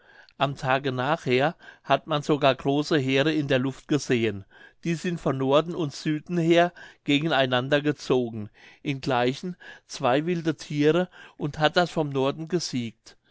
am tage nachher hat man sogar große heere in der luft gesehen die sind von norden und süden her gegen einander gezogen ingleichen zwei wilde thiere und hat das vom norden gesiegt